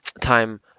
time